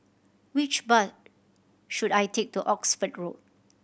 which bus should I take to Oxford Road